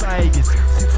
Vegas